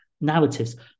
narratives